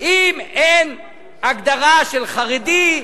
אם אין הגדרה של חרדי,